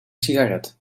sigaret